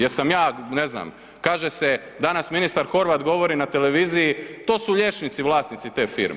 Jesam ja, ne znam, kaže se, danas ministar Horvat govori na televiziji, to su liječnici, vlasnici te firme.